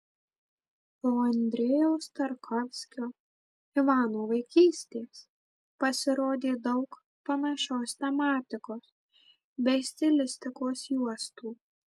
po andrejaus tarkovskio ivano vaikystės pasirodė daug panašios tematikos bei stilistikos juostų